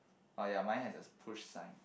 oh ya mine has a push sign